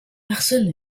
personne